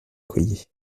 accoyer